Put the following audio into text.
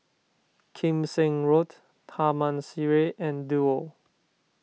Kim Seng Road Taman Sireh and Duo